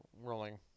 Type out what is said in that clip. rolling